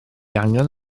angen